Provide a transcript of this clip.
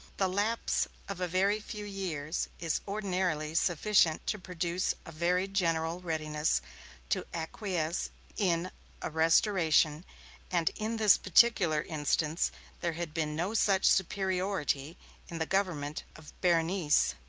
the lapse of a very few years is ordinarily sufficient to produce a very general readiness to acquiesce in a restoration and in this particular instance there had been no such superiority in the government of berenice,